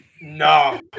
No